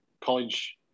college